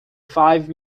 five